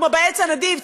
כמו ב"עץ הנדיב",